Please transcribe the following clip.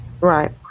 right